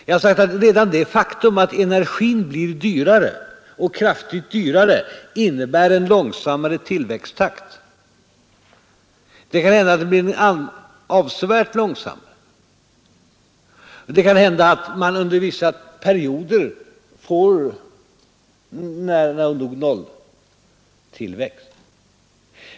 Jag har sagt att redan det faktum att energin blir kraftigt dyrare innebär en långsammare tillväxttakt. Det kan hända att tillväxten blir avsevärt långsammare och även att den under vissa perioder kommer att ligga nästan nere vid noll.